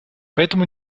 поэтому